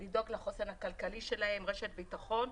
לדאוג לחוסן הכלכלי שלהם, לתת רשת ביטחון.